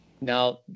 Now